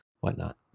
whatnot